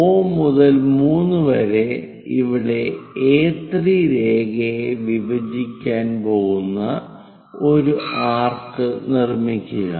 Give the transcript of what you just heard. O മുതൽ 3 വരെ ഇവിടെ A3 രേഖയെ വിഭജിക്കാൻ പോകുന്ന ഒരു ആർക്ക് നിർമ്മിക്കുക